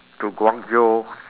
to guangzhou